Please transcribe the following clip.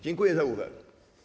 Dziękuję za uwagę.